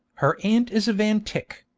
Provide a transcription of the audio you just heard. her aunt is a van tyck,